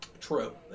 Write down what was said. True